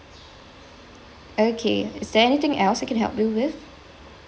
okay is there anything else I can help you with